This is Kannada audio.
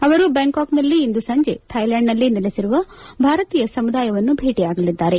ಅವರು ಬ್ಯಾಂಕಾಕ್ನಲ್ಲಿ ಇಂದು ಸಂಜೆ ಥಾಯ್ಲ್ಲಾಂಡ್ನಲ್ಲಿ ನೆಲೆಸಿರುವ ಭಾರತೀಯ ಸಮುದಾಯವನ್ನು ಭೇಟಿಯಾಗಲಿದ್ದಾರೆ